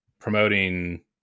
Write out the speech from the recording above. promoting